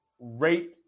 rape